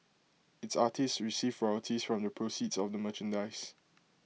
its artists receive royalties from the proceeds of the merchandise